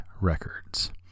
Records